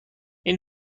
این